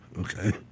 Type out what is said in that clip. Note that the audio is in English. Okay